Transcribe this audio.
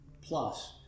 plus